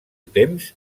temps